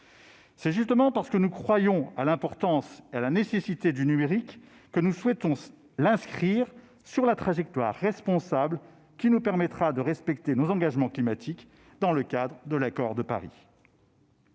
C'est justement parce que nous croyons à l'importance et à la nécessité du numérique que nous souhaitons l'inscrire sur la trajectoire responsable qui nous permettra de respecter nos engagements climatiques dans le cadre de l'accord de Paris.